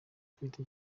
ufite